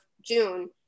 June